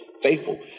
faithful